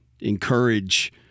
encourage